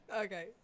okay